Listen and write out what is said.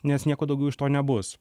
nes nieko daugiau iš to nebus